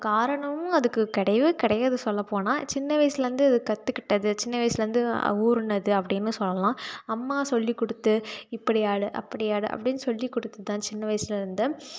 காரணம்னு அதுக்கு கிடைவே கிடையாது சொல்லப்போனால் சின்ன வயசிலிருந்து இது கற்றுக்கிட்டது சின்ன வயசிலிருந்து ஊறினது அப்படின்னு சொல்லலாம் அம்மா சொல்லிக்கொடுத்து இப்படி ஆடு அப்படி ஆடு அப்படின்னு சொல்லிக்கொடுத்துதான் சின்ன வயசில் இருந்து